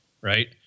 right